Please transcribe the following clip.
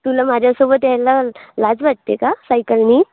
तुला माझ्यासोबत यायला लाज वाटते का सायकलनी